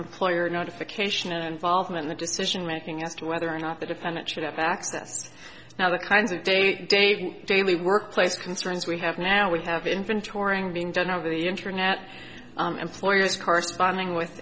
employer notification involvement the decision making as to whether or not the defendant should have access now the kinds of date dave daily workplace concerns we have now would have inventorying been done over the internet employers corresponding with